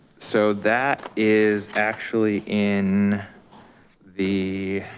so that is actually in the,